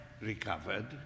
recovered